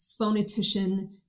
phonetician